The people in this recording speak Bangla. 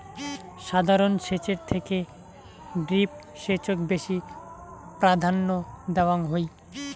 সাধারণ সেচের থেকে ড্রিপ সেচক বেশি প্রাধান্য দেওয়াং হই